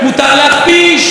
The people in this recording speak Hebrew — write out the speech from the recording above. תראה כמה צביעות.